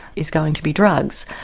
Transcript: is going to be drugs.